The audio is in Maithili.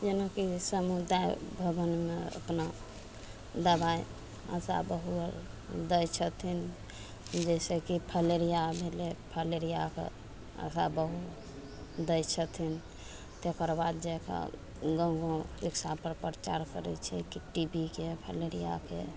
जेनाकि समुदाय भवनमे अपना दवाइ आशा बहु अर दै छथिन जैसे कि फलेरिया भेलय फलेरियाके आशा बहु दै छथिन तकर बाद जाकऽ गाँव गाँव एक सालपर प्रचार करय छै कि टी बी के फलेरियाके